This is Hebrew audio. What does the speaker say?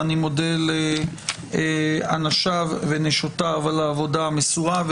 ואני מודה לאנשיו ונשותיו על העבודה המסורה,